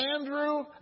Andrew